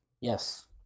Yes